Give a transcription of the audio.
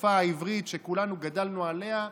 השפה העברית שכולנו גדלנו עליה,